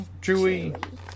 Chewie